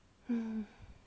sedih kan